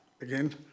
again